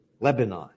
Lebanon